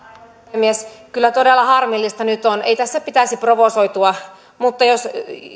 puhemies kyllä todella harmillista nyt on ei tässä pitäisi provosoitua mutta jos